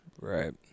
Right